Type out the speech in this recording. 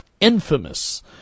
infamous